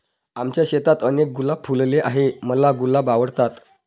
आमच्या शेतात अनेक गुलाब फुलले आहे, मला गुलाब आवडतात